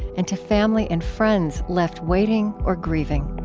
and to family and friends left waiting or grieving